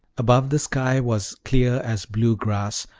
above, the sky was clear as blue glass,